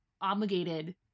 obligated